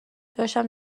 داشتم